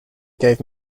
gave